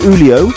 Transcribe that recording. Ulio